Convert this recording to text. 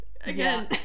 again